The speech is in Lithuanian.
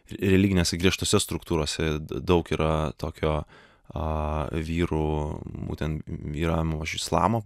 religinėse griežtose struktūrose daug yra tokio a vyrų būtent vyram iš islamo